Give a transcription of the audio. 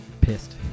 pissed